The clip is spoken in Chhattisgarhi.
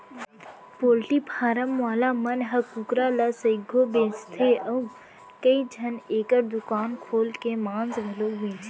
पोल्टी फारम वाला मन ह कुकरा ल सइघो बेचथें अउ कइझन एकर दुकान खोल के मांस घलौ बेचथें